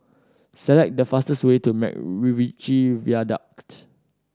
select the fastest way to MacRitchie Viaduct